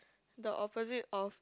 the opposite of